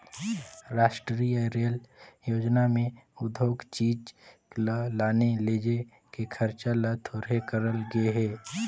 रास्टीय रेल योजना में उद्योग चीच ल लाने लेजे के खरचा ल थोरहें करल गे हे